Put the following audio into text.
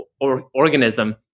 organism